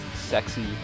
sexy